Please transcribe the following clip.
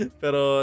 pero